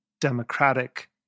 democratic